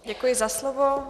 Děkuji za slovo.